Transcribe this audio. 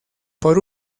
por